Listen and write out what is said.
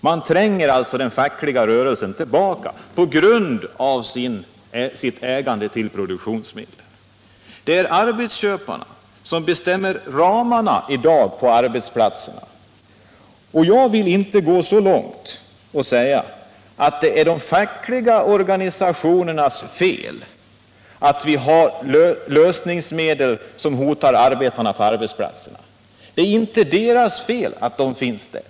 Man tränger alltså tillbaka den fackliga rörelsen i kraft av sitt ägande av produktionsmedlen. Det är arbetsköparna som bestämmer ramarna i dag på arbetsplatserna. Nr 39 Jag vill inte gå så långt som till att säga att det är de fackliga or Fredagen den ganisationernas fel att vi har lösningsmedel som hotar arbetarna på ar 2 december 1977 betsplatsen. Det är inte deras fel att de finns där.